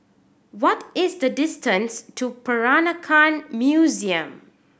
what is the distance to Peranakan Museum